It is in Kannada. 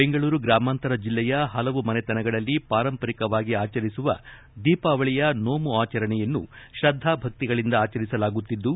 ಬೆಂಗಳೂರು ಗ್ರಾಮಾಂತರ ಜಿಲ್ಲೆಯ ಹಲವು ಮನೆತನಗಳಲ್ಲಿ ಪಾರಂಪರಿಕವಾಗಿ ಆಚರಿಸುವ ದೀಪಾವಳಿಯ ನೋಮು ಆಚರಣೆಯನ್ನು ಶ್ರದ್ದಾ ಭಕ್ತಿಗಳಿಂದ ಆಚರಿಸಲಾಗುತ್ತಿದ್ದು